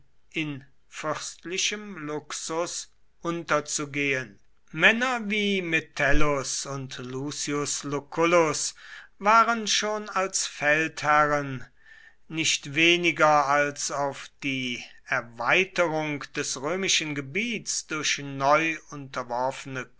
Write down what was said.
in fürstlichem luxus unterzugehen männer wie metellus und lucius lucullus waren schon als feldherren nicht weniger als auf die erweiterung des römischen gebiets durch neu unterworfene